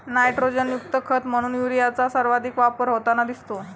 नायट्रोजनयुक्त खत म्हणून युरियाचा सर्वाधिक वापर होताना दिसतो